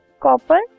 copper